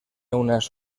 unas